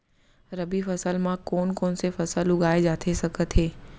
रबि फसल म कोन कोन से फसल उगाए जाथे सकत हे?